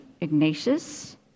Ignatius